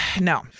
No